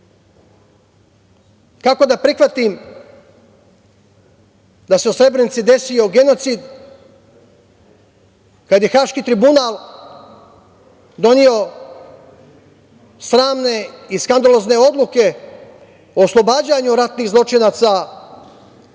da prihvatim da se u Srebrenici desio genocid, kada je Haški tribunal doneo sramne i skandalozne odluke o oslobađanju ratnih zločinaca i to